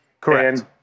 Correct